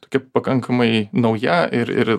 tokia pakankamai nauja ir ir